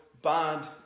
bad